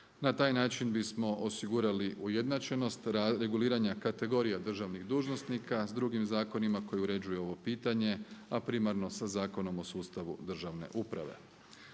Na taj način bismo osigurali ujednačenost reguliranja kategorija državnih dužnosnika s drugim zakonima koji uređuje ovo pitanje, a primarno sa Zakonom o sustavu državne uprave.